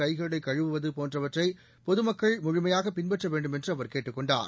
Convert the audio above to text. கை களை கழுவுவது போன்றவற்றை பொதுமக்கள் முழுமையாக பின்பற்ற வேண்டுமென்று அவர் கேட்டுக் கொண்டார்